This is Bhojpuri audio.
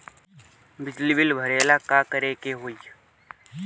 बिजली बिल भरेला का करे के होई?